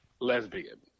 lesbian